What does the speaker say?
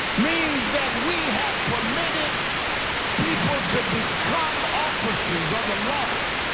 means that we have permitted people to become officers of the law